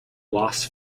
los